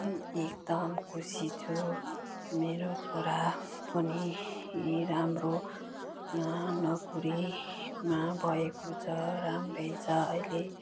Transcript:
एकदम खुसी छु मेरो छोरा पनि राम्रो नोकरीमा भएको छ राम्रै छ अहिले